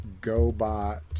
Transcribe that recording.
Gobot